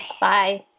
Bye